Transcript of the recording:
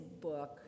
book